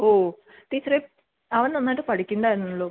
ഓ ടീച്ചറേ അവൻ നന്നായിട്ട് പഠിക്കുന്നുണ്ടായിരുന്നല്ലോ